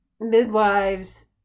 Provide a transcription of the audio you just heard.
midwives